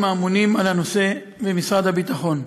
האמונים על הנושא במשרד הביטחון.